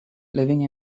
living